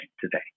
today